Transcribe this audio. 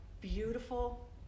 beautiful